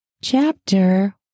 Chapter